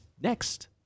next